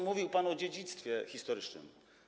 Mówił pan o dziedzictwie historycznym.